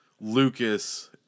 Lucas